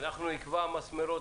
בסוף הדיון נקבע מסמרות